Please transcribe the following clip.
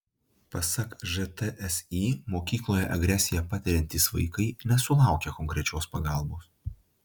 pasak žtsi mokykloje agresiją patiriantys vaikai nesulaukia konkrečios pagalbos